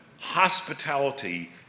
hospitality